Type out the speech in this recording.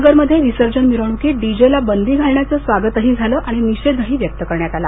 नगरमध्ये विसर्जन मिरण्कीत डी जे ला बंदी घालण्याचं स्वागतही ज्ञालं आणि निषेधही व्यक्त करण्यात आला